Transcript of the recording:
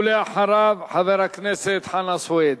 אחריו, חבר הכנסת חנא סוייד.